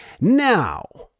now